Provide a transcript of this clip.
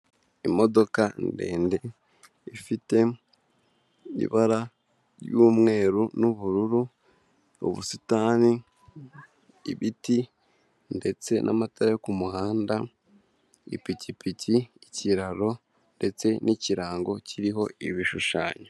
Imodoka ndende ifite ibara ry'umweru n'ubururu, ubusitani, ibiti ndetse n'amatara yo ku muhanda, ipikipiki ikiraro ndetse n'ikirango kiriho ibishushanyo.